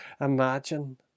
imagine